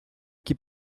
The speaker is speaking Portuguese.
que